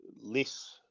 less